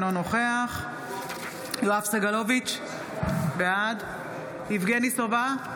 אינו נוכח יואב סגלוביץ' בעד יבגני סובה,